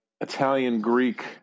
Italian-Greek